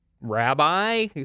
rabbi